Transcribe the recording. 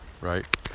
right